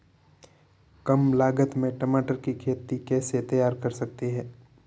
कम लागत में टमाटर की खेती कैसे तैयार कर सकते हैं?